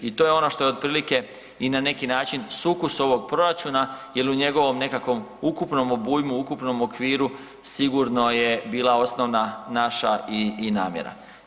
I to je ono što je otprilike i na neki način sukus ovog proračuna jel u njegovom nekakvom ukupnom obujmu, ukupnom okviru sigurno je bila osnovna naša i namjera.